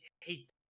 hate